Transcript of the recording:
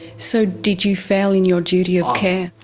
so did you fail in your duty of care?